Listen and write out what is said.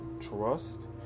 trust